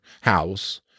house